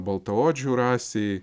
baltaodžių rasei